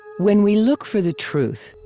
when we look for the truth,